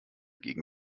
gegen